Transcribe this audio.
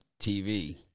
TV